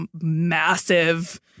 massive